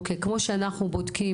כמו שאנחנו בודקים.